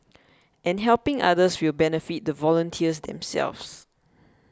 and helping others will benefit the volunteers themselves